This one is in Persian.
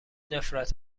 نفرت